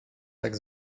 tak